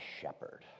shepherd